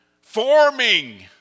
forming